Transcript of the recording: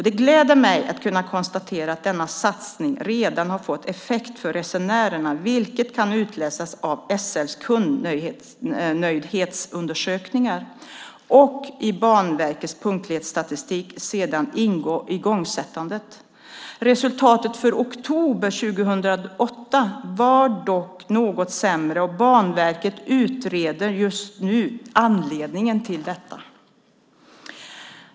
Det gläder mig att kunna konstatera att denna satsning redan har fått effekt för resenärerna, vilket kan utläsas av SL:s kundnöjdhetsundersökningar och i Banverkets punktlighetsstatistik sedan igångsättandet. Resultatet för oktober 2008 var dock något sämre, och Banverket utreder just nu anledningen till detta.